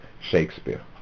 Shakespeare